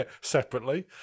separately